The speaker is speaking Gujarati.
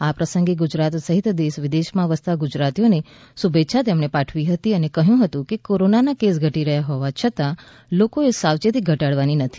આ પ્રસંગે ગુજરાત સહિત દેશવિદેશમાં વસતા ગુજરાતીઓને શુભેચ્છા તેમણે પાઠવી હતી અને કહ્યું હતુ કે કોરોના ના કેસ ઘટી રહ્યા હોવા છતા લોકોએ સાવચેતી ઘટાડવાની નથી